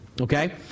Okay